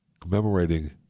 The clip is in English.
Commemorating